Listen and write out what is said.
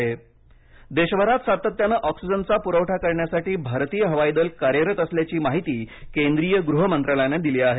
विमान ऑक्सिजन देशभरात सातत्याने ऑक्सिजनचा पुरवठा करण्यासाठी भारतीय हवाई दल कार्यरत असल्याची माहिती केंद्रीय गृह मंत्रालयाने दिली आहे